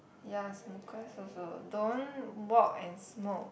ya smokers also don't walk and smoke